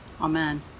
Amen